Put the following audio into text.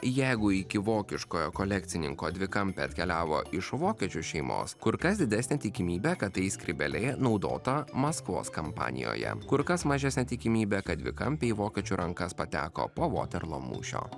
jeigu iki vokiškojo kolekcininko dvikampė atkeliavo iš vokiečių šeimos kur kas didesnė tikimybė kad tai skrybėlė naudota maskvos kampanijoje kur kas mažesnė tikimybė kad dvikampė į vokiečio rankas pateko po vaterlo mūšio